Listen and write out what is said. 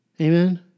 Amen